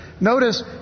Notice